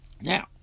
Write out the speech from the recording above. Now